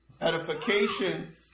edification